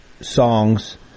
songs